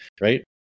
right